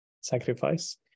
sacrifice